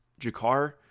Jakar